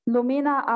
Lumina